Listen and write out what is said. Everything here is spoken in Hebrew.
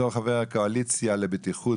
בתור חבר הקואליציה לבטיחות